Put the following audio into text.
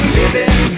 living